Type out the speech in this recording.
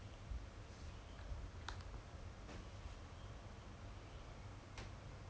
actually nothing much ah you get to keep your err 那个叫什么 the the bonus ah